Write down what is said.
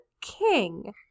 King